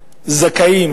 זכאים,